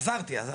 עזרתי, עזרתי.